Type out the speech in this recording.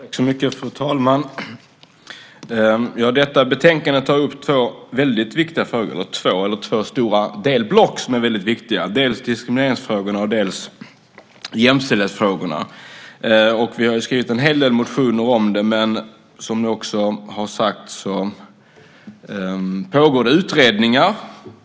Fru talman! Detta betänkande tar upp två stora och viktiga delblock, dels diskrimineringsfrågorna, dels jämställdhetsfrågorna. Vi har väckt en hel del motioner. Som det också har sagts pågår utredningar.